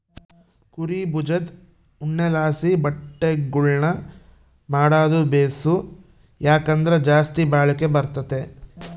ಕುರೀ ಬುಜದ್ ಉಣ್ಣೆಲಾಸಿ ಬಟ್ಟೆಗುಳ್ನ ಮಾಡಾದು ಬೇಸು, ಯಾಕಂದ್ರ ಜಾಸ್ತಿ ಬಾಳಿಕೆ ಬರ್ತತೆ